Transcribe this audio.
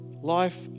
Life